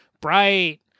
Bright